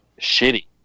shitty